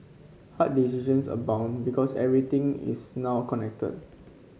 hard decisions abound because everything is now connected